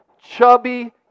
chubby